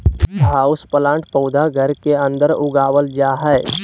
houseplant पौधा घर के अंदर उगावल जा हय